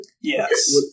Yes